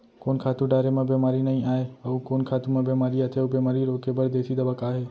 कोन खातू डारे म बेमारी नई आये, अऊ कोन खातू म बेमारी आथे अऊ बेमारी रोके बर देसी दवा का हे?